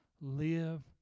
live